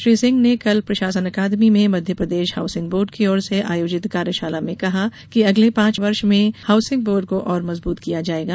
श्री सिंह ने कल प्रशासन अकादमी में मध्यप्रदेश हाउसिंग बोर्ड की ओर से आयोजित कार्यषाला में कहा कि अगले पाँच वर्ष में हाउसिंग बोर्ड को और मजबूत किया जायेगा